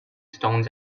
stones